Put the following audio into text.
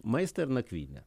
maistą ir nakvynę